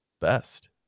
best